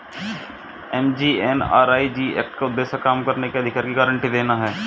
MGNREG act का उद्देश्य काम करने के अधिकार की गारंटी देना है